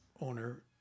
owner